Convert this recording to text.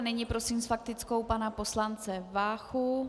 Nyní prosím s faktickou pana poslance Váchu.